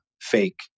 fake